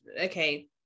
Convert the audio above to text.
okay